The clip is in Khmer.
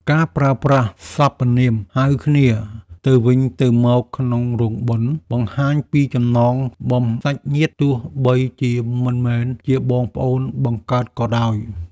ការប្រើប្រាស់សព្វនាមហៅគ្នាទៅវិញទៅមកក្នុងរោងបុណ្យ បង្ហាញពីចំណងសាច់ញាតិទោះបីជាមិនមែនជាបងប្អូនបង្កើតក៏ដោយ។